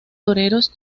toreros